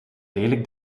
lelijk